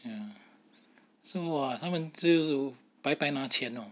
ya so 他们几乎白白拿钱 orh